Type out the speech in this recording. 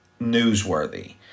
newsworthy